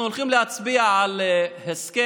אנחנו הולכים להצביע על הסכם,